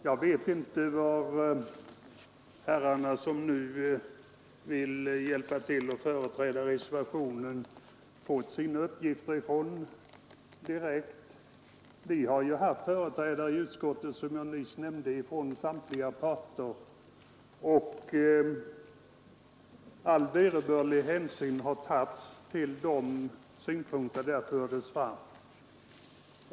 Herr talman! Jag vet inte var de herrar som nu vill hjälpa till att företräda reservationen har fått sina uppgifter ifrån. Som jag nyss sade har vi i utskottet haft företrädare från samtliga parter, och all vederbörlig hänsyn har tagits till de synpunkter som de förde fram.